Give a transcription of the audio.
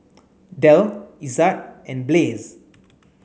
Del Ezzard and Blaze